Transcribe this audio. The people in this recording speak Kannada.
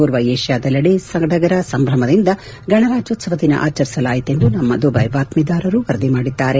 ಪೂರ್ವ ಏಷ್ಯಾದೆಲ್ಲೆಡೆ ಸಡಗರ ಸಂಭ್ರಮದಿಂದ ಗಣರಾಜ್ಯೋತ್ಸವ ದಿನ ಆಚರಿಸಲಾಯಿತು ಎಂದು ನಮ್ನ ದುಬೈ ಬಾತ್ನೀದಾರರು ವರದಿ ಮಾಡಿದ್ದಾರೆ